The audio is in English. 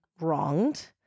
wronged